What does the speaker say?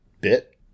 bit